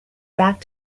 back